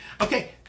okay